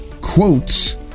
Quotes